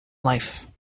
life